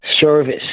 service